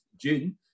June